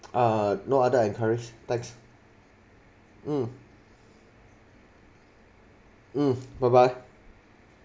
uh no other enquiries thanks mm mm bye bye